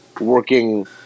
working